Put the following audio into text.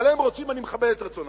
אבל הם רוצים, אני מכבד את רצונם,